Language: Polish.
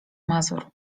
mazur